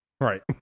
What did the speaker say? Right